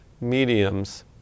mediums